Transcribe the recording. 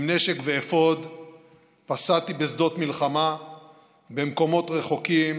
עם נשק ואפוד פסעתי בשדות מלחמה במקומות רחוקים,